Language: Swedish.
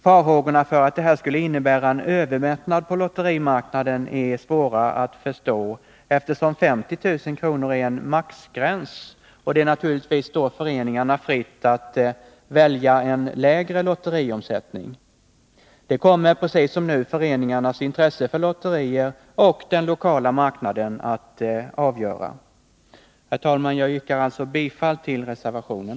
Farhågorna för att detta skulle innebära en övermättnad på lotterimarknaden är svåra att förstå, eftersom 50 000 kr. är en maximigräns och det naturligtvis står föreningarna fritt att välja en lägre lotteriomsättning. Precis som nu kommer föreningarnas intresse för lotterier och den lokala marknaden att avgöra omsättningens storlek. Herr talman! Jag yrkar bifall till reservationen.